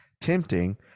tempting